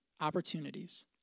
Opportunities